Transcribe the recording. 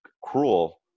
cruel